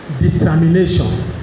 determination